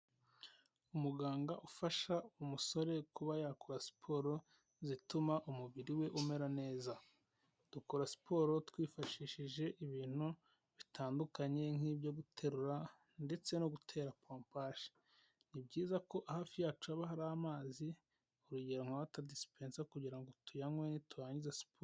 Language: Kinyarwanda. Umuganga ufasha umusore kuba yakora siporo zituma umubiri we umera neza, dukora siporo twifashishije ibintu bitandukanye nk'ibyo guterura ndetse no gutera pompaje. Ni byiza ko hafi yacu aba hari amazi urugero nka wota disipensa kugira ngo tuyanywe turangiza siporo.